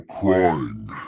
crying